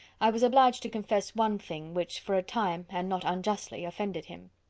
i was obliged to confess one thing, which for a time, and not unjustly, offended him.